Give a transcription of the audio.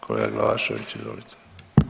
Kolega Glavašević, izvolite.